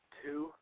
two